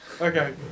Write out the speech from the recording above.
Okay